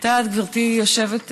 את יודעת, גברתי היושבת-ראש,